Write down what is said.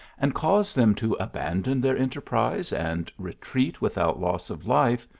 and cause them to abandon their enterprise and retreat without loss of life,